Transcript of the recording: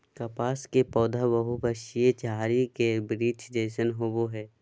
कपास के पौधा बहुवर्षीय झारी के वृक्ष जैसन होबो हइ